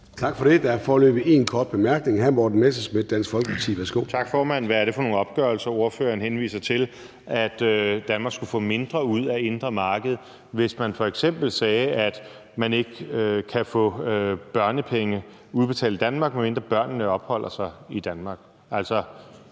Tak for det. Der er foreløbig en kort bemærkning. Hr. Morten Messerschmidt, Dansk Folkeparti. Værsgo. Kl. 15:53 Morten Messerschmidt (DF): Tak, formand. Hvad er det for nogle opgørelser, ordføreren henviser til, altså at Danmark skulle få mindre ud af det indre marked, hvis man f.eks. sagde, at man ikke kan få børnepenge udbetalt i Danmark, medmindre børnene opholder sig i Danmark?